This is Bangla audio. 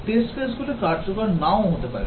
Test case গুলি কার্যকর নাও হতে পারে